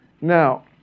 Now